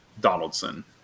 Donaldson